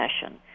session